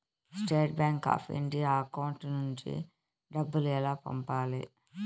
State bank of India account నుంచి డబ్బులు ఎలా పంపాలి?